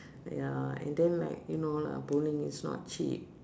ya and then like you know lah bowling is not cheap